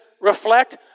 reflect